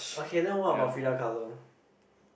okay then what about Frida-Kahlo